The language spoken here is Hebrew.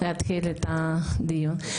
להתחיל את הדיון.